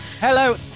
Hello